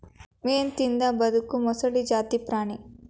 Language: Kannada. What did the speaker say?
ಮೇನಾ ತಿಂದ ಬದಕು ಮೊಸಳಿ ಜಾತಿ ಪ್ರಾಣಿ